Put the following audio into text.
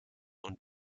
und